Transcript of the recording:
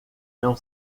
não